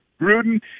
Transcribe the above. Gruden